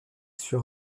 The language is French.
sur